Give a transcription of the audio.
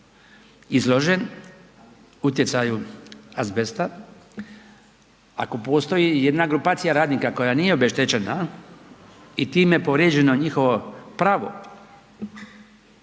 izložen utjecaju azbesta, ako postoji i jedna grupacija radnika koja nije obeštećena i time povrijeđeno njihovo pravo,